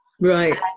Right